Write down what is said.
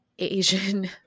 Asian